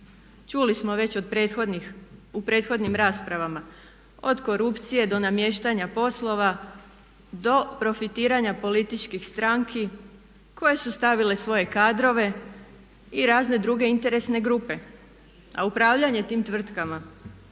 prethodnih, u prethodnim raspravama od korupcije do namještanja poslova do profitiranja političkih stranki koje su stavile svoje kadrove i razne druge interesne grupe, a upravljanje tim tvrtkama